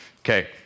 Okay